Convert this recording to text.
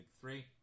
three